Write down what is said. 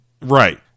right